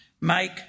make